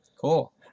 Cool